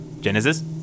Genesis